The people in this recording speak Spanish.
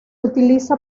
utiliza